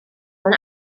mewn